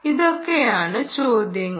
ഇതൊക്കെയാണ് ചോദ്യങ്ങൾ